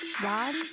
One